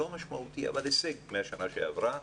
לא משמעותי, אבל הישג מהשנה שעברה.